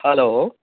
hello